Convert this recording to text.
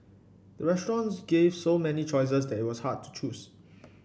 the restaurant gave so many choices that it was hard to choose